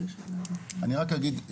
אני רק אגיד,